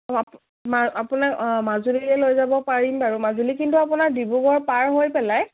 অঁ আপোনাক অঁ মাজুলীৰে লৈ যাব পাৰিম বাৰু মাজুলী কিন্তু আপোনাৰ ডিব্ৰুগড় পাৰ হৈ পেলাই